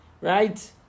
right